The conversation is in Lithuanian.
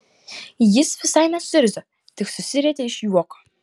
jis visai nesuirzo tik susirietė iš juoko